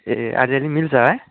ए अलिअलि मिल्छ है